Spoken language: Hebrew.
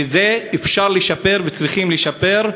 ואת זה אפשר לשפר וצריכים לשפר,